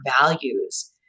values